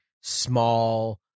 small